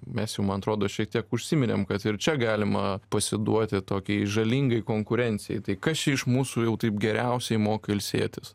mes jum man atrodo šiek tiek užsiminėm kad ir čia galima pasiduoti tokiai žalingai konkurencijai tai kas čia iš mūsų jau taip geriausiai moka ilsėtis